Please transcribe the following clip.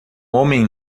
homem